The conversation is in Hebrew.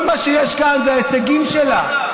כל מה שיש כאן זה ההישגים שלה,